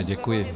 Děkuji.